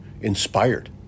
inspired